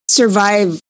survive